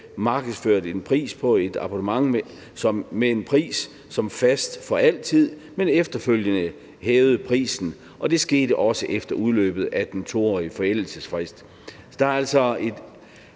markedsførte en pris på et abonnement som værende fast for altid, men efterfølgende hævede prisen, og det skete også efter udløbet af den 2-årige forældelsesfrist. Vi har altså her